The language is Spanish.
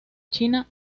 china